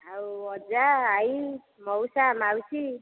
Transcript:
ଆଉ ଅଜା ଆଈ ମଉସା ମାଉସୀ